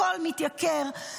הכול מתייקר.